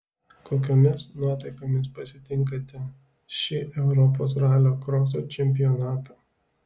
kokiomis nuotaikomis pasitinkate šį europos ralio kroso čempionatą